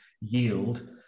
yield